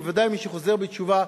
ובוודאי מי שחוזר בתשובה,